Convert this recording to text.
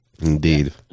Indeed